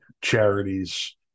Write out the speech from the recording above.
charities